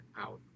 out